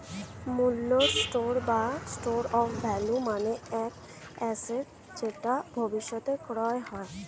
মূল্যের স্টোর বা store of value মানে এক অ্যাসেট যেটা ভবিষ্যতে ক্রয় হয়